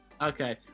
Okay